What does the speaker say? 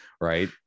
right